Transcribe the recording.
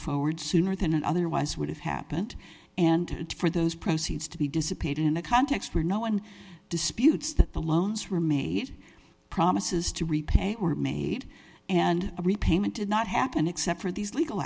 forward sooner than it otherwise would have happened and for those proceeds to be dissipated in a context where no one disputes that the loans were made promises to repay were made and repayment did not happen except for these legal